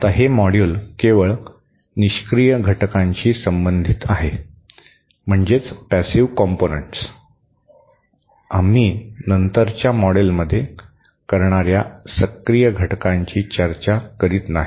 आता हे मॉड्यूल केवळ निष्क्रिय घटकांशी संबंधित आहे आम्ही नंतरच्या मॉडेलमध्ये करणाऱ्या सक्रिय घटकांची चर्चा करीत नाही